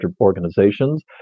organizations